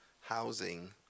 housing